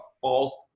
false